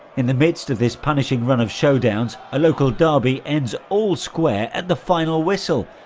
in the midst of this punishing run of showdowns, a local derby ends all square at the final whistle,